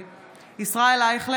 (קוראת בשמות חברי הכנסת) ישראל אייכלר,